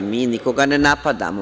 Mi nikoga ne napadamo.